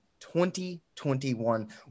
2021